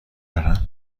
دارن